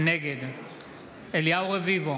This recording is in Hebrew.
נגד אליהו רביבו,